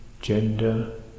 gender